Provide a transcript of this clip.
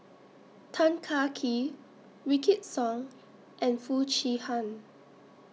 Tan Kah Kee Wykidd Song and Foo Chee Han